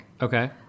Okay